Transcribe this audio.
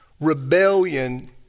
Rebellion